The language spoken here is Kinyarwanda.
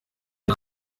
nta